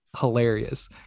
hilarious